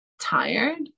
tired